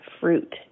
fruit